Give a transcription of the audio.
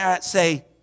say